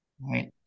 Right